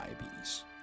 diabetes